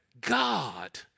God